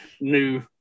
new